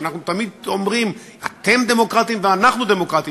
שאנחנו תמיד אומרים: אתם דמוקרטים ואנחנו דמוקרטים,